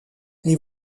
les